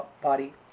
body